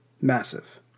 massive